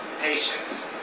patience